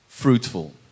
fruitful